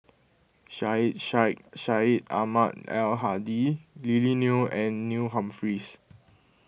Syed Sheikh Syed Ahmad Al Hadi Lily Neo and Neil Humphreys